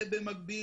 ובמקביל,